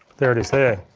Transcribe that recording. there it is there.